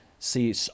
see